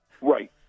right